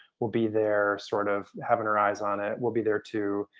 will be there sort of having her eyes on it. we'll be there too,